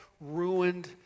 ruined